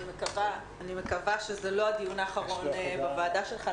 אני מקווה שזה לא הדיון האחרון בוועדה בראשותך,